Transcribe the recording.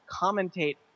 commentate